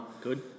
Good